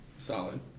solid